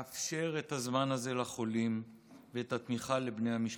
היא לאפשר את הזמן הזה לחולים ואת התמיכה בבני המשפחה.